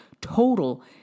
total